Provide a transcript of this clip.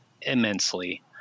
immensely